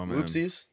Oopsies